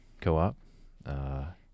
Co-op